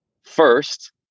first